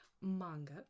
manga